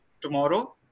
tomorrow